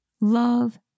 Love